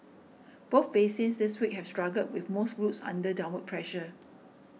both basins this week have struggled with most routes under downward pressure